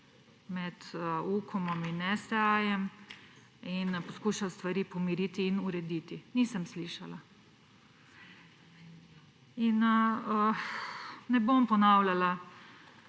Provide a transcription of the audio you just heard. med Ukomom in STA ter poskušal stvari pomiriti in urediti. Nisem slišala. Ne bom ponavljala